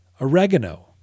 oregano